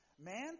man